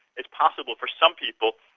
it's possible for some people,